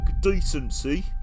decency